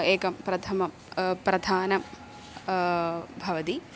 एकं प्रथमं प्रधानं भवति